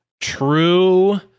true